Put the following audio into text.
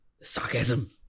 Sarcasm